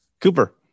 Cooper